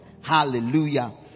Hallelujah